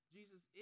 Jesus